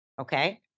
okay